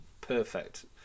perfect